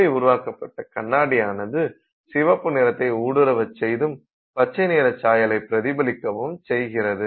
அப்படி உருவாக்கப்பட்ட கண்ணாடியானது சிவப்பு நிறத்தை ஊடுருவச் செய்தும் பச்சை நிறச் சாயலை பிரதிபலிக்கவும் செய்கிறது